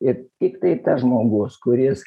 ir tiktai tas žmogus kuris